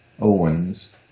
Owens